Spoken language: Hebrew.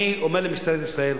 אני אומר למשטרת ישראל: